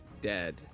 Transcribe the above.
dead